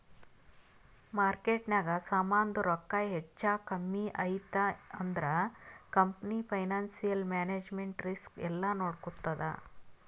ಮಾರ್ಕೆಟ್ನಾಗ್ ಸಮಾಂದು ರೊಕ್ಕಾ ಹೆಚ್ಚಾ ಕಮ್ಮಿ ಐಯ್ತ ಅಂದುರ್ ಕಂಪನಿ ಫೈನಾನ್ಸಿಯಲ್ ಮ್ಯಾನೇಜ್ಮೆಂಟ್ ರಿಸ್ಕ್ ಎಲ್ಲಾ ನೋಡ್ಕೋತ್ತುದ್